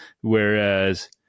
Whereas